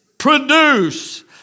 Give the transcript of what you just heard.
produce